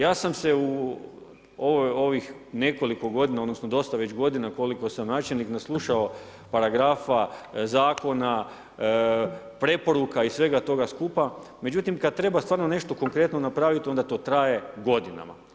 Ja sam se u ovih nekoliko godina odnosno dosta već godina koliko sam načelnik naslušao paragrafa, zakona, preporuka i svega toga skupa, međutim kada stvarno treba nešto konkretno napraviti onda to traje godinama.